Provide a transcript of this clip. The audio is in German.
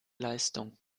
leistung